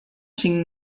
sin